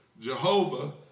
Jehovah